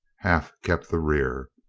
half kept the rear.